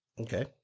Okay